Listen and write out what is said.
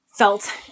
Felt